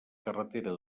carretera